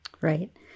Right